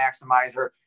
maximizer